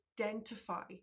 identify